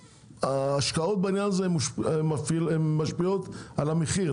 ההשקעות בעניין הזה משפיעות על המחיר,